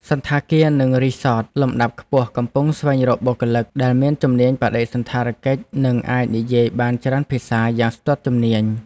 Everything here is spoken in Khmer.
សណ្ឋាគារនិងរីសតលំដាប់ខ្ពស់កំពុងស្វែងរកបុគ្គលិក ដែលមានជំនាញបដិសណ្ឋារកិច្ចនិងអាចនិយាយបានច្រើនភាសាយ៉ាងស្ទាត់ជំនាញ។